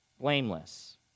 blameless